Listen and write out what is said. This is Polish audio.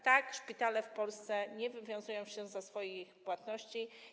Tak, szpitale w Polsce nie wywiązują się ze swoich płatności.